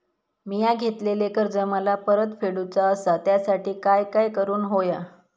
मिया घेतलेले कर्ज मला परत फेडूचा असा त्यासाठी काय काय करून होया?